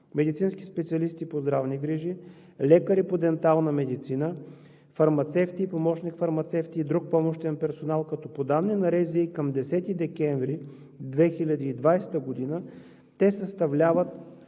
медицински специалисти по здравни грижи, лекари по дентална медицина, фармацевти и помощник-фармацевти и друг помощен персонал, като по данни на РЗИ към 10 декември 2020 г. те съставляват